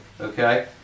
Okay